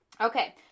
Okay